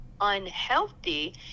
unhealthy